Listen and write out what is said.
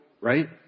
Right